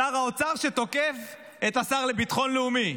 שר האוצר תוקף את השר לביטחון לאומי,